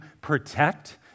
protect